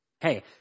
hey